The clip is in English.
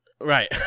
right